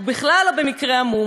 הוא בכלל לא במקרה עמום,